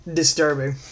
disturbing